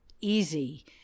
easy